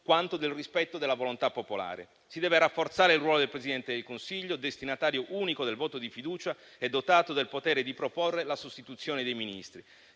quanto del rispetto della volontà popolare. Si deve rafforzare il ruolo del Presidente del Consiglio, destinatario unico del voto di fiducia e dotato del potere di proporre la sostituzione dei Ministri.